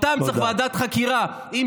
ואותם, צריך ועדת חקירה, תודה.